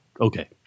Okay